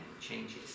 changes